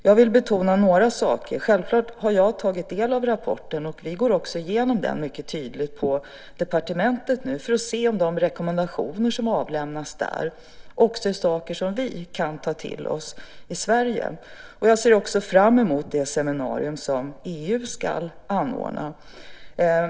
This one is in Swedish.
Jag vill betona några saker. Självklart har jag tagit del av rapporten. Vi går också igenom den mycket noggrant på departementet nu för att se om de rekommendationer som ges i den också är saker som vi kan ta till oss i Sverige. Jag ser fram emot det seminarium som EU ska anordna.